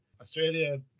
Australia